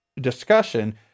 discussion